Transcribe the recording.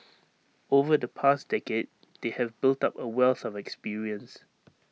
over the past decade they have built up A wealth of experience